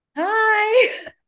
Hi